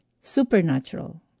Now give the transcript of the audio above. supernatural